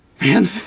Man